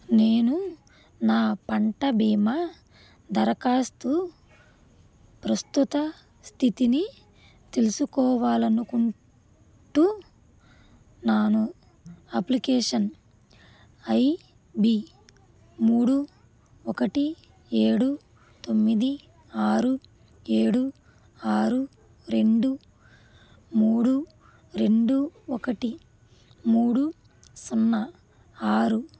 నేను నా పంట బీమా దరఖాస్తు ప్రస్తుత స్థితిని తెలుసుకోవాలి అనుకుంటున్నాను అప్లికేషన్ ఐ డీ మూడు ఒకటి ఏడు తొమ్మిది ఆరు ఏడు ఆరు రెండు మూడు రెండు ఒకటి మూడు సున్నా ఆరు